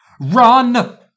Run